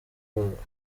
mkapa